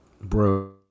Bro